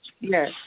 Yes